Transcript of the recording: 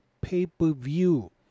pay-per-view